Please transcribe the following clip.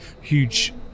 huge